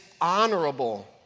honorable